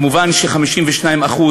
מובן ש-52%,